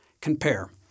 Compare